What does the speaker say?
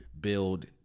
build